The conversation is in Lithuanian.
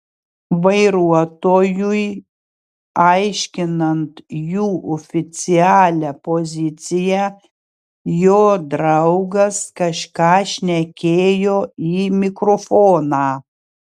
vairuotojui aiškinant jų oficialią poziciją jo draugas kažką šnekėjo į mikrofoną